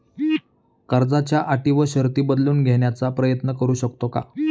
कर्जाच्या अटी व शर्ती बदलून घेण्याचा प्रयत्न करू शकतो का?